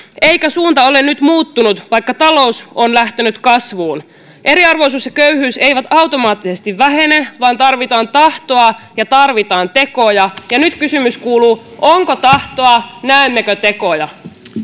eikä suunta ole nyt muuttunut vaikka talous on lähtenyt kasvuun eriarvoisuus ja köyhyys eivät automaattisesti vähene vaan tarvitaan tahtoa ja tarvitaan tekoja ja nyt kysymys kuuluu onko tahtoa näemmekö tekoja